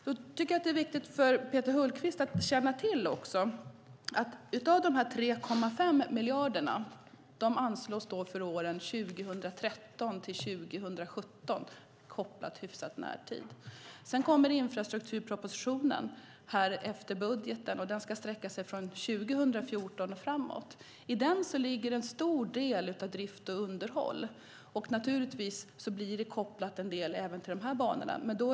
Jag tycker att det är viktigt för Peter Hultqvist att också känna till att de 3,5 miljarderna anslås för åren 2013-2017 - hyfsat kopplade till närtid. Infrastrukturpropositionen kommer efter budgeten och ska sträcka sig från år 2014 och framåt. I den ligger en stor del av drift och underhåll. Naturligtvis blir en del kopplat även till de här berörda banorna.